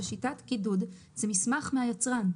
ששיטת קידוד זה מסמך מהיצרן.